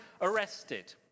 arrested